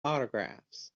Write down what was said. autographs